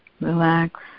relax